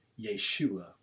Yeshua